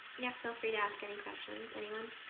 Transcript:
yeah feel free to ask any questions. anyone?